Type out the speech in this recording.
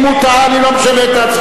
אדוני היושב-ראש, אני הצבעתי ידנית,